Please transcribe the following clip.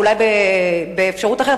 אולי באפשרות אחרת,